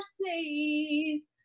mercies